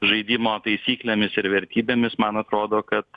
žaidimo taisyklėmis ir vertybėmis man atrodo kad